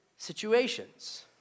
situations